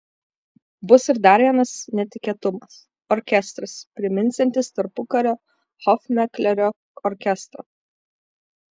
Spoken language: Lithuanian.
bus ir dar vienas netikėtumas orkestras priminsiantis tarpukario hofmeklerio orkestrą